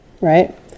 right